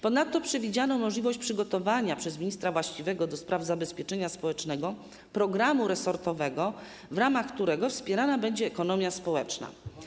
Ponadto przewidziano możliwość przygotowania przez ministra właściwego do spraw zabezpieczenia społecznego programu resortowego, w ramach którego wspierana będzie ekonomia społeczna.